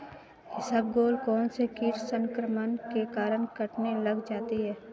इसबगोल कौनसे कीट संक्रमण के कारण कटने लग जाती है?